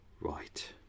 right